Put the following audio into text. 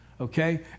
okay